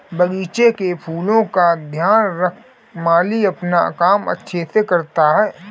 बगीचे के फूलों का ध्यान रख माली अपना काम अच्छे से करता है